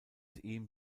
ihm